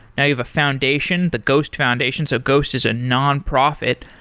now you have a foundation, the ghost foundation. so ghost is a non-profit,